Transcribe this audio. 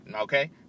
okay